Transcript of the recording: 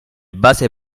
base